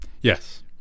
Yes